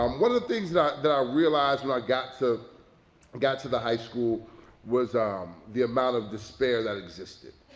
um one of the things that that i realized when i got to and got to the high school was um the amount of despair that existed,